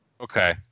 Okay